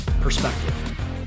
perspective